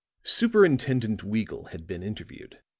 superintendent weagle had been interviewed.